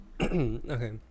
Okay